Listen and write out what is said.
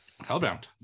Hellbound